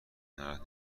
ناراحت